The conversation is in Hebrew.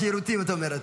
נתקבלה.